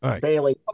Bailey